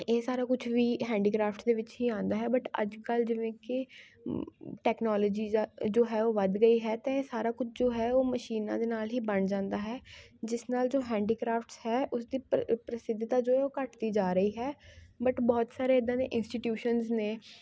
ਇਹ ਸਾਰਾ ਕੁਝ ਵੀ ਹੈਂਡੀਕ੍ਰਾਫਟ ਦੇ ਵਿੱਚ ਹੀ ਆਉਂਦਾ ਹੈ ਬਟ ਅੱਜ ਕੱਲ੍ਹ ਜਿਵੇਂ ਕਿ ਟੈਕਨੋਲਜੀ ਜਾਂ ਜੋ ਹੈ ਉਹ ਵੱਧ ਗਈ ਹੈ ਤਾਂ ਇਹ ਸਾਰਾ ਕੁਝ ਜੋ ਹੈ ਉਹ ਮਸ਼ੀਨਾਂ ਦੇ ਨਾਲ਼ ਹੀ ਬਣ ਜਾਂਦਾ ਹੈ ਜਿਸ ਨਾਲ਼ ਜੋ ਹੈਂਡੀਕ੍ਰਾਫਟਸ ਹੈ ਉਸ ਦੀ ਪ੍ਰਸਿੱਧਤਾ ਜੋ ਹੈ ਉਹ ਘੱਟਦੀ ਜਾ ਰਹੀ ਹੈ ਬਟ ਬਹੁਤ ਸਾਰੇ ਇੱਦਾਂ ਦੇ ਇੰਸਟੀਟਿਊਸ਼ਨ ਨੇ